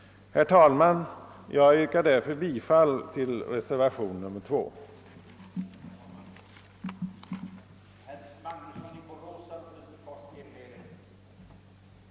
Herr talman! Jag yrkar bifall till reservationen 2 av herr Yngve Nilsson m.fl.